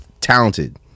talented